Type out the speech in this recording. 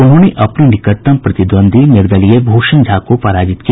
उन्होंने अपने निकटतम प्रतिद्वंद्वी निर्दलीय भूषण झा को पराजित किया